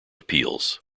appeals